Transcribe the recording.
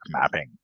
mapping